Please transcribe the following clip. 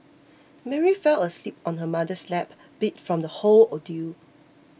Mary fell asleep on her mother's lap beat from the whole ordeal